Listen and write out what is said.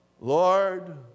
Lord